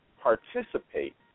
participate